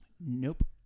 Nope